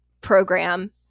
program